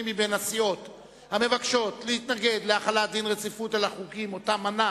מי מהסיעות המבקשות להתנגד להחלת דין רציפות על החוקים שמנה